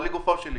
לגופו של עניין: